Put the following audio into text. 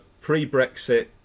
pre-Brexit